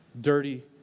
dirty